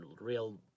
real